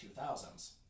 2000s